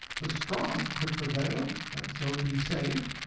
the strong could prevail, and so be saved,